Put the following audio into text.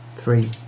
Three